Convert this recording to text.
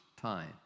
time